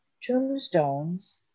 tombstones